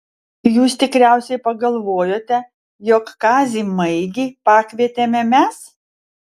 jūs tikriausiai pagalvojote jog kazį maigį pakvietėme mes